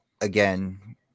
Again